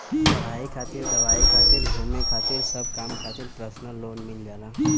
पढ़ाई खातिर दवाई खातिर घुमे खातिर सब काम खातिर परसनल लोन मिल जाला